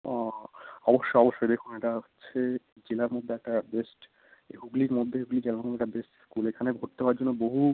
ও অবশ্যই অবশ্যই দেখুন এটা হচ্ছে জেলার মধ্যে একটা বেস্ট এই হুগলির মধ্যে হুগলি জেলার মধ্যে একটা বেস্ট স্কুল এখানে ভর্তি হওয়ার জন্য বহু